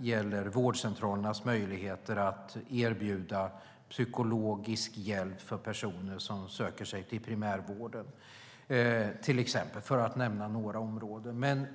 gäller vårdcentralernas möjligheter att erbjuda psykologisk hjälp för personer som söker sig till primärvården - till exempel, för att nämna några områden.